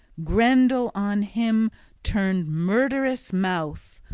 grendel on him turned murderous mouth,